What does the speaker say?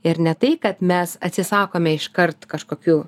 ir ne tai kad mes atsisakome iškart kažkokių